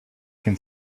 can